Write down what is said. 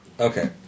Okay